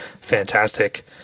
fantastic